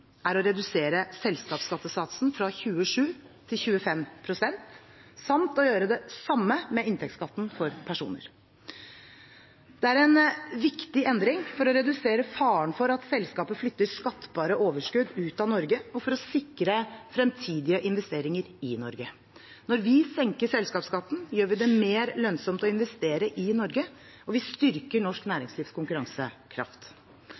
er å redusere selskapsskattesatsen fra 27 til 25 pst., samt å gjøre det samme med inntektsskatten for personer. Det er en viktig endring for å redusere faren for at selskaper flytter skattbare overskudd ut av Norge og for å sikre fremtidige investeringer i Norge. Når vi senker selskapsskatten, gjør vi det mer lønnsomt å investere i Norge, og vi styrker norsk næringslivs konkurransekraft.